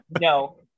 no